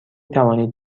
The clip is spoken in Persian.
توانید